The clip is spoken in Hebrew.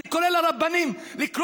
אני קורא לרבנים לקרוא